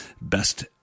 best